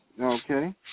Okay